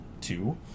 two